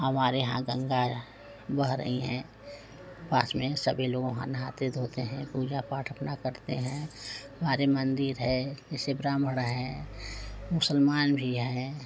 हमारे यहाँ गंगा बह रही हैं पास में सभी लोग वहाँ नहाते धोते हैं पूजा पाठ अपना करते हैं हमारे मंदिर है जैसे ब्राह्मण हैं मुसलमान भी हैं